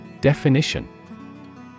Definition